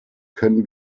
können